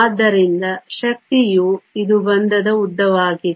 ಆದ್ದರಿಂದ ಶಕ್ತಿಯು ಇದು ಬಂಧದ ಉದ್ದವಾಗಿದೆ